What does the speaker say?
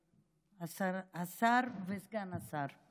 השר וסגן השר,